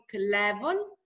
level